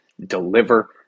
deliver